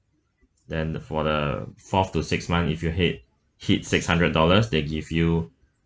then for the fourth to six month if your head hit six hundred dollars they give you